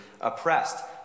oppressed